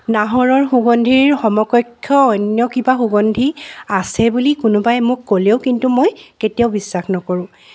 নাহৰৰ সুগন্ধিৰ সমকক্ষ অন্য কিবা সুগন্ধি আছে বুলি কোনোবাই মোক ক'লেও কিন্তু মই কেতিয়াও বিশ্বাস নকৰো